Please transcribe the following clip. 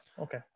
okay